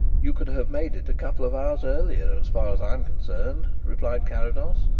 you could have made it a couple of hours earlier as far as i am concerned, replied carrados.